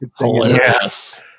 Yes